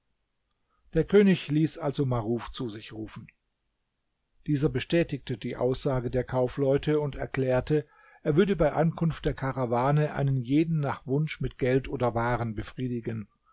der könig ließ also maruf zu sich rufen dieser bestätigte die aussage der kaufleute und erklärte er würde bei ankunft der karawane einen jeden nach wunsch mit geld oder waren befriedigen